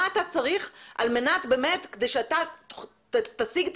מה אתה צריך על מנת באמת כדי שאתה תשיג את